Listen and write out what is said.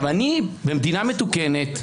במדינה מתוקנת,